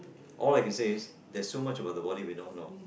all I can say is there's so much about the body we don't know